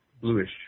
bluish